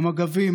המגבים,